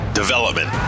development